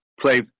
play